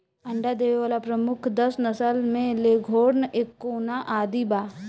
अंडा देवे वाला प्रमुख दस नस्ल में लेघोर्न, एंकोना आदि बा